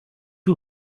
who